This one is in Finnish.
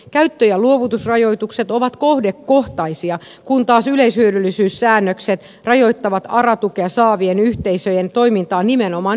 käyttö ja luovutusrajoitukset ovat kohdekohtaisia kun taas yleishyödyllisyyssäännökset rajoittavat ara tukea saavien yhteisöjen toimintaa nimenomaan yhteisötasolla